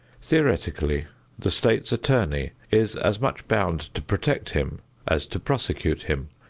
theoretically the state's attorney is as much bound to protect him as to prosecute him,